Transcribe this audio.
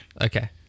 okay